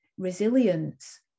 resilience